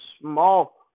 small